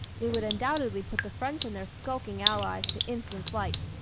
it would undoubtedly put the french and their skulking allies to instant flight!